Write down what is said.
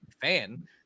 fan